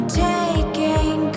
taking